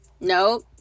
Nope